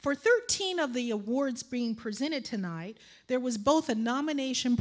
for thirteen of the awards being presented tonight there was both a nomination